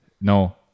no